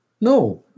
No